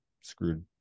screwed